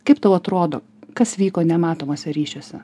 kaip tau atrodo kas vyko nematomuose ryšiuose